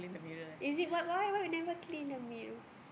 is it what why why you never clean the mirror